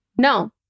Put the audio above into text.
No